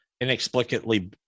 inexplicably